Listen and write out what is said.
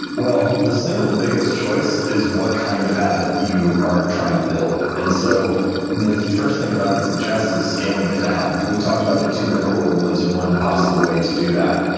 the single biggest choice is what kind of habit you are trying to build. and so the first thing that i would suggest is scaling it down. we talked about the two minute rule as one possible way to do that.